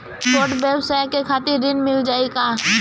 छोट ब्योसाय के खातिर ऋण मिल जाए का?